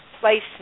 placement